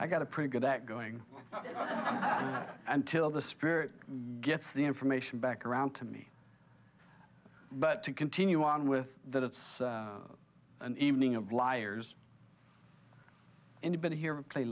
i got a pretty good that going until the spirit gets the information back around to me but to continue on with that it's an evening of liars anybody here